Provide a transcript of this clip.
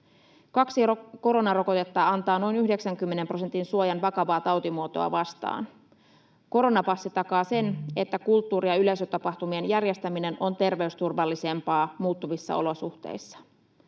Kaksi koronarokotetta antaa noin 90 prosentin suojan vakavaa tautimuotoa vastaan. Koronapassi takaa sen, että kulttuuri‑ ja yleisötapahtumien järjestäminen on terveysturvallisempaa muuttuvissa olosuhteissa.